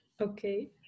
Okay